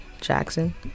Jackson